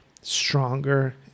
stronger